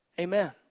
Amen